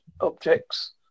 objects